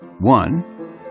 One